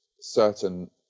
certain